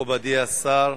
מכובדי השר,